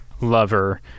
lover